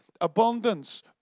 abundance